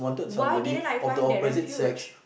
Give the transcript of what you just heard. why didn't I find that refuge